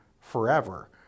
forever